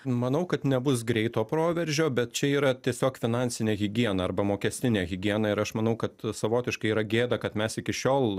manau kad nebus greito proveržio bet čia yra tiesiog finansinė higiena arba mokestinė higiena ir aš manau kad savotiškai yra gėda kad mes iki šiol